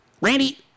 Randy